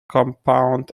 compound